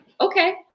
okay